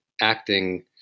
acting